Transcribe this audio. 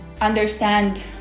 understand